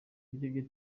urebye